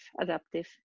adaptive